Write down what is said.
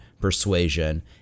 persuasion